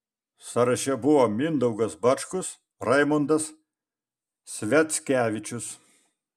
sąraše buvo mindaugas bačkus raimondas sviackevičius